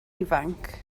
ifanc